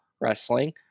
Wrestling